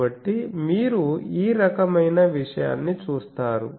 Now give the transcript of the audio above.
కాబట్టి మీరు ఈ రకమైన విషయాన్ని చూస్తారు